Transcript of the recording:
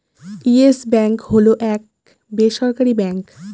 yes Bank হল এক বেসরকারি ব্যাঙ্ক